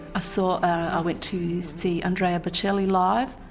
ah so went to see andrea bocelli live,